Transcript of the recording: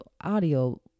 audio